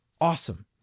awesome